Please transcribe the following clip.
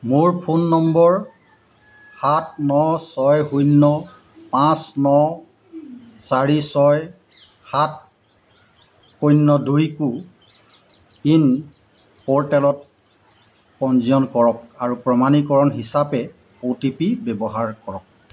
মোৰ phone number সাত ন ছয় শূন্য পাঁচ ন চাৰি ছয় সাত শূন্য দুই কো ৱিন প'ৰ্টেলত পঞ্জীয়ন কৰক আৰু প্ৰমাণীকৰণ হিচাপে অ'টিপি ব্যৱহাৰ কৰক